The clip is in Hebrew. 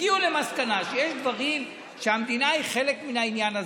הגיעו למסקנה שיש דברים שבהם המדינה היא חלק מהעניין הזה.